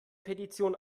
petition